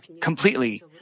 completely